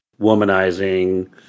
womanizing